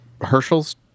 Herschel's